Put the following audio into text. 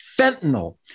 fentanyl